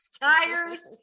tires